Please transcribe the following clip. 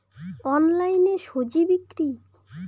অনলাইনে স্বজি বিক্রি?